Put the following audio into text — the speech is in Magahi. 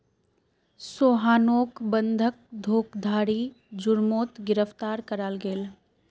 सोहानोक बंधक धोकधारी जुर्मोत गिरफ्तार कराल गेल